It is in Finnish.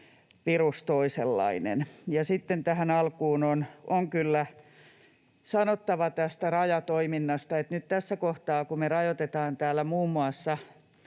virus toisenlainen. Ja sitten tähän alkuun on kyllä sanottava tästä rajatoiminnasta, että nyt tässä kohtaa, kun me rajoitetaan täällä muun muassa